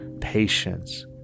patience